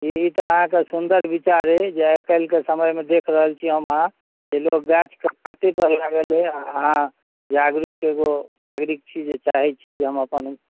ई तऽ अहाँके सुन्दर विचार अइ जे आइ काल्हिके समयमे देख रहल छियै हम अहाँ जे लोक गाछकेँ काटैपर लागल अछि आओर अहाँ जागरूक एगो नागरिक छी जे चाहैत छी जे हम अपन